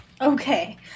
okay